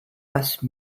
passe